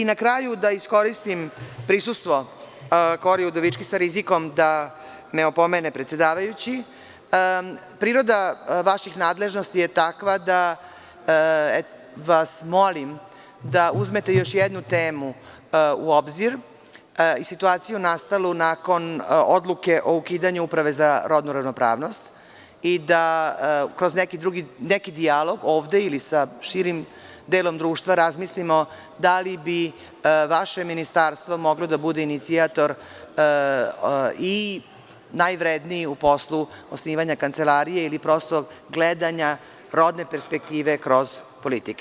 Na kraju da iskoristim prisustvo Koriju Udovički sa rizikom da me opomene predsedavajući, priroda vaših nadležnosti je takva da vas molim da uzmete još jednu temu u obzir i situaciju nastalu nakon odluke o ukidanju Uprave za rodnu ravnopravnost i da kroz neki dijalog ovde ili sa širim delom društva razmislimo da li bi vaše ministarstvo moglo da bude inicijator i najvredniji u poslu osnivanja kancelarije ili prosto gledanja rodne perspektive kroz politike.